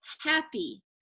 happy